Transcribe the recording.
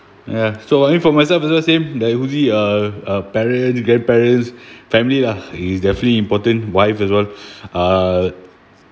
ya so I mean for myself also same uh uh parents grandparents family lah is definitely important wife as well uh